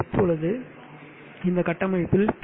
இப்போது இந்த கட்டமைப்பில் பி